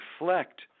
reflect